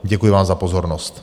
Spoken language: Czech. Děkuji vám za pozornost.